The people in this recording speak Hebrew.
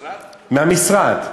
מהמשרד?